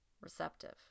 receptive